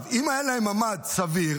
אם היה להם ממ"ד סביר